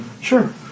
Sure